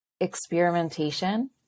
experimentation